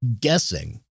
guessing